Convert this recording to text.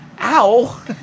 ow